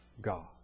God